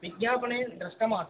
विज्ञापने दृष्टमासीत्